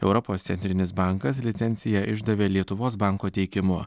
europos centrinis bankas licenciją išdavė lietuvos banko teikimu